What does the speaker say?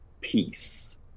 peace